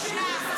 בושה.